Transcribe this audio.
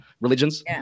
religions